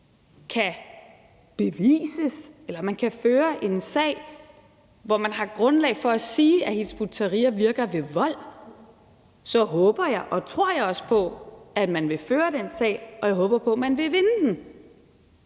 kan bevises eller man kan føre en sag, hvor man har grundlag for at sige, at Hizb ut-Tahrir virker ved vold, så håber og tror jeg også på, at man vil føre den sag, og jeg håber på, at man vil vinde den.